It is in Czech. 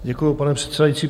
Děkuju, pane předsedající.